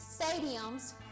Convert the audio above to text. stadiums